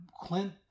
Clint